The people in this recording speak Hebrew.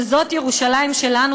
שזאת ירושלים שלנו,